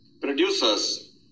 Producers